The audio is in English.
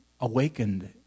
awakened